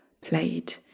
played